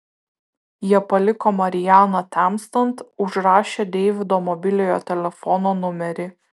jie paliko marianą temstant užrašę deivido mobiliojo telefono numerį